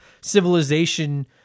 civilization